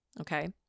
okay